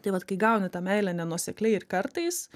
tai vat kai gauni tą meilę nenuosekliai ir kartais